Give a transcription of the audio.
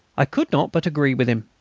i could not but agree with him.